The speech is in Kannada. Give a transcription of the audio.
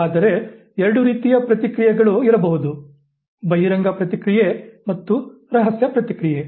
ಆದರೆ ಎರಡು ರೀತಿಯ ಪ್ರತಿಕ್ರಿಯೆಗಳು ಇರಬಹುದು ಬಹಿರಂಗ ಪ್ರತಿಕ್ರಿಯೆ ಮತ್ತು ರಹಸ್ಯ ಪ್ರತಿಕ್ರಿಯೆ